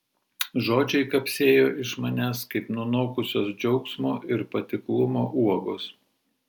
žodžiai kapsėjo iš manęs kaip nunokusios džiaugsmo ir patiklumo uogos